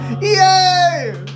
Yay